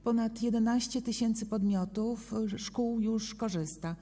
Ponad 11 tys. podmiotów, szkół już z tego korzysta.